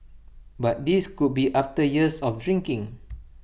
but this could be after years of drinking